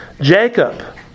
Jacob